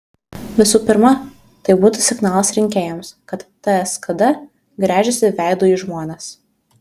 visų pirma tai būtų signalas rinkėjams kad ts kd gręžiasi veidu į žmones